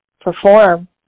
perform